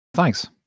thanks